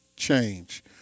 Change